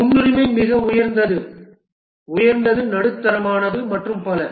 முன்னுரிமை மிக உயர்ந்தது உயர்ந்தது நடுத்தரமானது மற்றும் பல